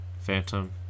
Phantom